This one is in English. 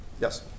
Yes